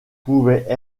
pouvaient